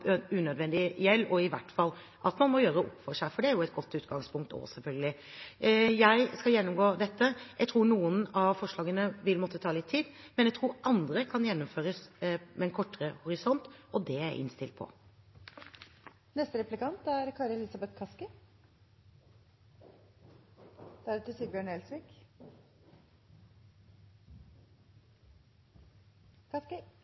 gjeld, og i hvert fall at man må gjøre opp for seg, for det er et godt utgangspunkt, selvfølgelig. Jeg skal gjennomgå dette. Jeg tror noen av forslagene vil måtte ta litt tid, men jeg tror andre kan gjennomføres med en kortere horisont, og det er jeg innstilt på.